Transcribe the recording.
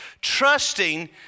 trusting